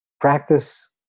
practice